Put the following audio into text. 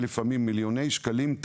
לפעמים במיליוני שקלים.